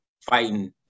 fighting